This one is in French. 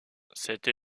cette